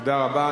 תודה רבה.